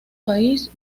país